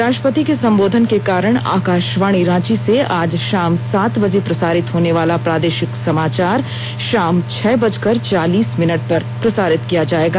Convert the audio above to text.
राष्ट्रपति के संबोधन के कारण आकाशवाणी रांची से आज शाम सात बजे प्रसारित होने वाला प्रादेशिक समाचार शाम छह बजकर चालीस मिनट पर प्रसारित किया जाएगा